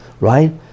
right